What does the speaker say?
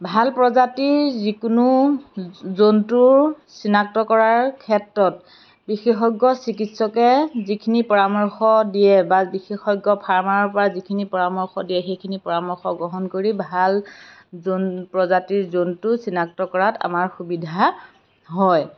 ভাল প্ৰজাতিৰ যিকোনো জন্তুৰ চিনাক্ত কৰাৰ ক্ষেত্ৰত বিশেষজ্ঞ চিকিৎসকে যিখিনি পৰামৰ্শ দিয়ে বা বিশেষজ্ঞ ফাৰ্মাৰপৰা যিখিনি পৰামৰ্শ দিয়ে সেইখিনি পৰামৰ্শ গ্ৰহণ কৰি ভাল প্ৰজাতিৰ জন্তু চিনাক্ত কৰাত আমাৰ সুবিধা হয়